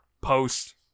post